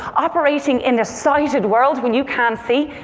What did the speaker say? operating in the sighted world when you can't see,